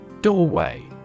Doorway